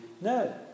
No